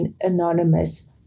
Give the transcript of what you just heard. anonymous